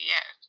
Yes